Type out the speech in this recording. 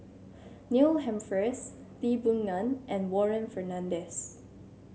Neil Humphreys Lee Boon Ngan and Warren Fernandez